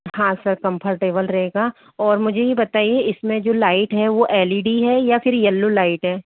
हाँ sir comfortable रहेगा और मुझे ये बताइए इसमें जो लाइट है वो एल ई डी है या फिर यल्लो लाइट है